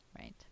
Right